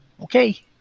Okay